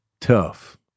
Tough